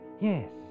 Yes